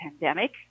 pandemic